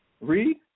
Read